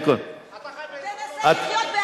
אתה חי בישראל?